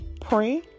pray